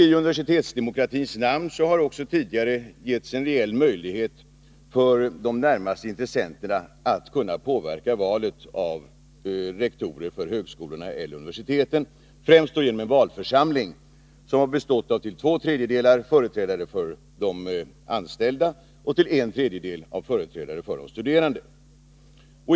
I universitetsdemokratins namn har de närmaste intressenterna tidigare getts en reell möjlighet att påverka valet av rektorer för högskolor och universitet, främst genom en valförsamling som till två tredjedelar bestått av företrädare för de anställda och till en tredjedel av företrädare för de studerande.